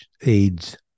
aids